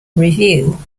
review